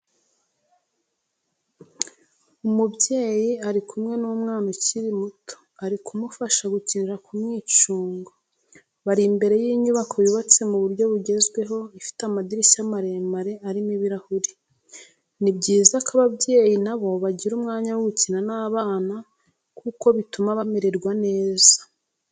Umubyeyi ari kumwe n'umwana ukiri muto ari kumufasha gukinira ku mwicungo, bari imbere y'inyubako yubatse mu buryo bugezweho ifite amadirishya maremare arimo ibirahuri. Ni byiza ko ababyeyi nabo bagira umwanya wo gukina n'abana kuko bituma bamererwa neza.